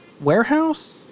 warehouse